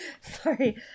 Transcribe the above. Sorry